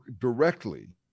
directly